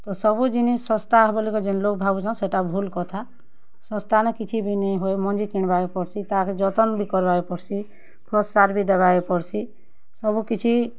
ତ ସବୁ ଜିନିଷ୍ ଶସ୍ତା ହେବା ବଲିକରି ଲୋକ୍ ଯେନ୍ ଲୋକ୍ ଭାବୁଛନ୍ ସେଟା ଭୁଲ୍ କଥା ଶସ୍ତାନେ କିଛି ବି ନେଇହୁଏ ମଞ୍ଜି କିଣିବାକେ ପଡ଼୍ସି ତାହାକେ ଯତନ୍ ବି କର୍ବାକେ ପଡ଼୍ସି ଖତ୍ ସାର୍ ବି ଦେବାକେ ପଡ଼୍ସି ସବୁକିଛି